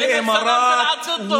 אתה מתעניין בשגרירות (ברשותך.